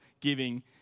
giving